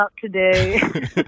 today